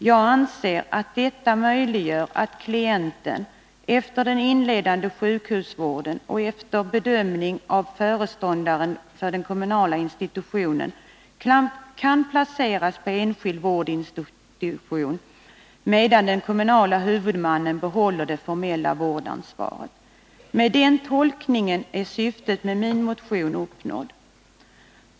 Jag anser att detta möjliggör att klienten, efter den inledande sjukhusvården och efter bedömning av föreståndaren för den kommunala institutionen, kan placeras på enskild vårdinstitution, medan den kommunala huvudmannen behåller det formella vårdansvaret. Med den tolkningen är syftet med min motion uppnått.